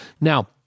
Now